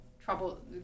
Trouble